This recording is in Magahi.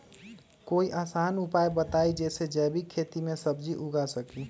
कोई आसान उपाय बताइ जे से जैविक खेती में सब्जी उगा सकीं?